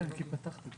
שהוא רוצה